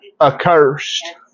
accursed